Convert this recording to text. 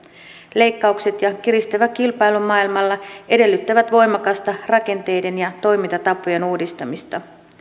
leikkaukset ja kiristyvä kilpailu maailmalla edellyttävät voimakasta rakenteiden ja toimintatapojen uudistamista